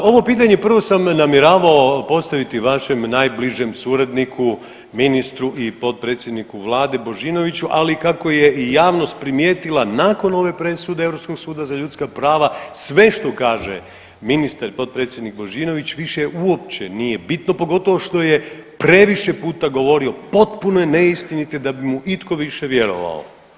Ovo pitanje prvo sam namjeravao postaviti vašem najbližem suradniku ministru i potpredsjedniku Vlade Božinoviću, ali kako je i javnost primijetila nakon ove presude Europskog suda za ljudska prava sve što kaže ministar, potpredsjednik Božinović više uopće nije bitno, pogotovo što je previše puta govorio potpune neistine da bi mu itko više vjerovao.